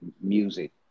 music